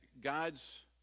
God's